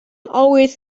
always